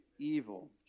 evil